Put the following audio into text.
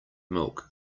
milk